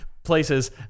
places